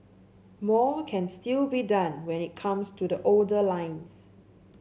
more can still be done when it comes to the older lines